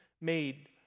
made